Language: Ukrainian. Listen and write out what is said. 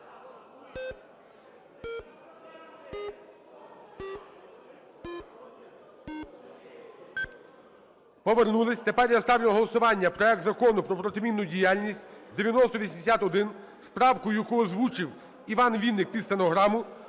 Повернулись. Тепер я ставлю на голосування проект Закону про протимінну діяльність (9080-1) з правкою, яку озвучив Іван Вінник під стенограму,